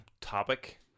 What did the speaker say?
topic